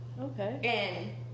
Okay